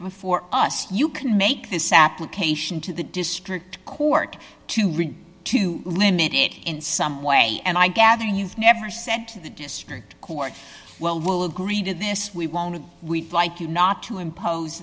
before us you can make this application to the district court to read to limit it in some way and i gather you've never sent to the district court well we'll agree to this we want to we'd like you not to impose